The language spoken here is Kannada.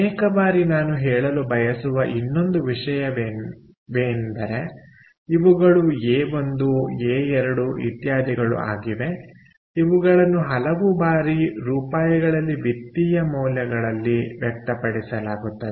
ಅನೇಕ ಬಾರಿ ನಾನು ಹೇಳಲು ಬಯಸುವ ಇನ್ನೊಂದು ವಿಷಯವೆಂದರೆ ಇವುಗಳು ಎ1 ಎ2 ಇತ್ಯಾದಿಗಳು ಆಗಿವೆ ಇವುಗಳನ್ನು ಹಲವು ಬಾರಿ ರೂಪಾಯಿಗಳಲ್ಲಿ ವಿತ್ತೀಯ ಮೌಲ್ಯಗಳಲ್ಲಿ ವ್ಯಕ್ತಪಡಿಸಲಾಗುತ್ತದೆ